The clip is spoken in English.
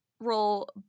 roll